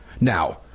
Now